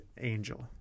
angel